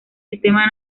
sistema